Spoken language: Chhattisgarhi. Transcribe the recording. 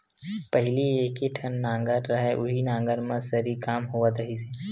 पहिली एके ठन नांगर रहय उहीं नांगर म सरी काम होवत रिहिस हे